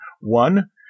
One